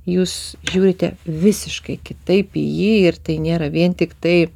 jūs žiūrite visiškai kitaip į jį ir tai nėra vien tiktai